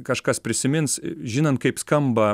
kažkas prisimins žinant kaip skamba